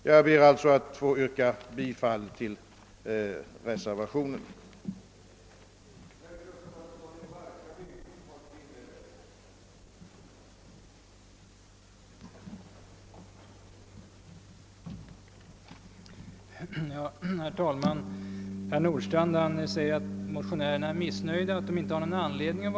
Jag ber att få yrka bifall till reservationen i andra lagutskottets utlåtande nr 88.